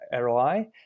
ROI